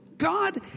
God